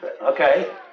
Okay